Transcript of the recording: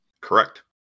Correct